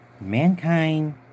Mankind